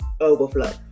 overflow